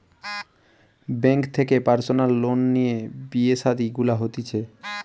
bank থেকে personal loan লিয়ে বিয়ে শাদী গুলা হতিছে